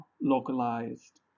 localized